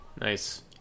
Nice